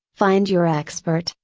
find your expert,